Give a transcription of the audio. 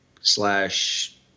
slash